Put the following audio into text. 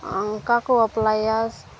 ᱚᱱᱠᱟ ᱠᱚ ᱵᱟᱯᱞᱟᱭᱮᱭᱟ